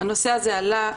הנושא הזה עלה,